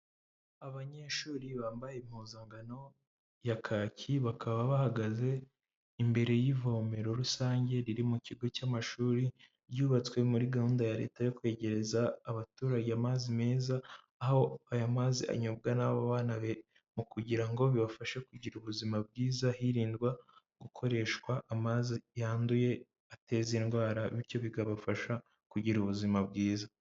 Abanyeshuri bambaye impuzangano ya kaki bakaba bahagaze imbere y'ivomero rusange riri mu kigo cy'amashuri ryubatswe muri gahunda ya Leta yo kwegereza abaturage amazi mez, aho aya mazi anyobwa n'abo bana mu kugira ngo bibafashe kugira ubuzima bwiza, hirindwa gukoreshwa amazi yanduye ateza indwara, bityo bikabafasha kugira ubuzima bwiza.